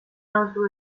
nauzu